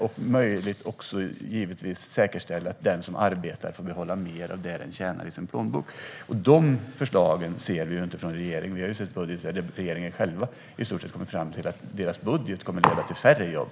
Det ska givetvis också vara möjligt att säkerställa att den som arbetar får behålla mer av det den tjänar i sin plånbok. De förslagen ser vi inte från regeringen. Vi har sett att regeringen själv i stort sett kommer fram till att regeringens budget kommer att leda till färre jobb.